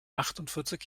achtundvierzig